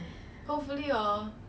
I ra~ I don't want to stay at home